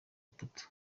itatu